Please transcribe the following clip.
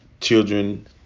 Children